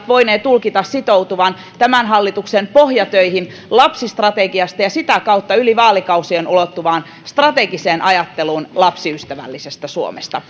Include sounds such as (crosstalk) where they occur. (unintelligible) voinee tulkita sitoutuvan tämän hallituksen pohjatöihin lapsistrategiasta ja sitä kautta yli vaalikausien ulottuvaan strategiseen ajatteluun lapsiystävällisestä suomesta (unintelligible)